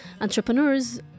Entrepreneurs